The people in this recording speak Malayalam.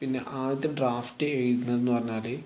പിന്നെ ആദ്യം ഡ്രാഫ്റ്റ് എഴുതുന്നതെന്ന് പറഞ്ഞാല്